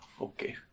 okay